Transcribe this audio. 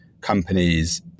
companies